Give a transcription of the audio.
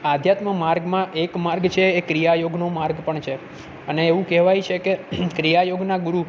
આધ્યાત્મ માર્ગમાં એક માર્ગ છે એ ક્રિયા યોગનો માર્ગ પણ છે અને એવું કહેવાય છે કે ક્રિયા યોગના ગુરુ